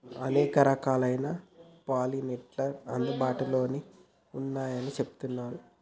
అనేక రకాలైన పాలినేటర్స్ అందుబాటులో ఉన్నయ్యని చెబుతున్నరు